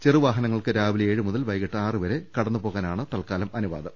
ചെറുവാഹനങ്ങൾക്ക് രാവിലെ ഏഴുമുതൽ വൈകീട്ട് ആറുവരെ കടന്നുപോകാനാണ് തൽക്കാലം അനു വാദം